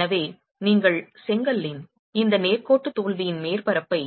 எனவே நீங்கள் செங்கலின் இந்த நேர்கோட்டு தோல்வியின் மேற்பரப்பை